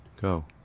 go